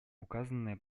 указанные